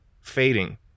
fading